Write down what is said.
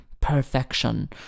perfection